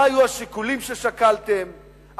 מה היו השיקולים ששקלתם,